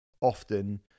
Often